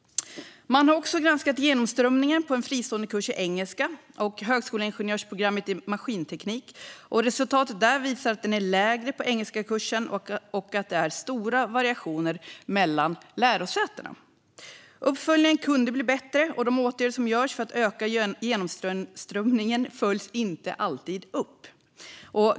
Man har också granskat genomströmningen på en fristående kurs i engelska och på högskoleingenjörsprogrammet i maskinteknik. Resultatet visar att den är lägre på engelskakursen och att det är stora variationer mellan lärosätena. Uppföljningen kan bli bättre; de åtgärder som görs för att öka genomströmningen följs inte alltid upp.